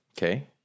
Okay